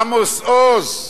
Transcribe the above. עמוס עוז,